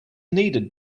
needed